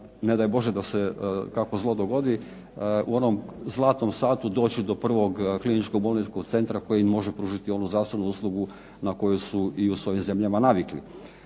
ne daj Bože da se kakvo zlo dogodi u onom zlatnom satu doći do prvog kliničkog bolničkog centra koji im može pružiti onu zdravstvenu uslugu na koju su i u svojim zemljama navikli,